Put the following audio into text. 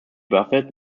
buffett